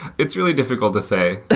it's really difficult to say.